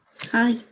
Hi